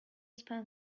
spend